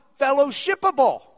fellowshipable